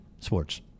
Sports